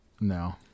No